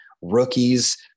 rookies